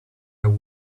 their